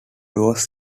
was